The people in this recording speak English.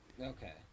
Okay